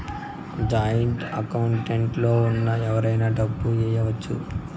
joint account లో ఉన్న ఎవరైనా డబ్బు ఏయచ్చు